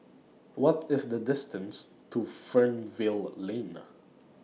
What IS The distance to Fernvale Lane